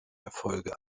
erfolge